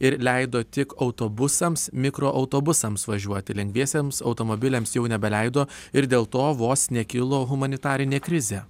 ir leido tik autobusams mikroautobusams važiuoti lengviesiems automobiliams jau nebeleido ir dėl to vos nekilo humanitarinė krizė